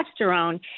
testosterone